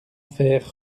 fer